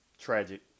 Tragic